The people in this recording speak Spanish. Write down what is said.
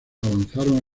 avanzaron